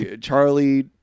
Charlie